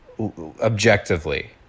Objectively